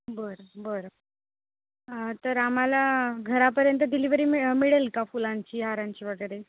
बरं बरं तर आम्हाला घरापर्यंत डिलिवरी मिळ मिळेल का फुलांची हारांची वगैरे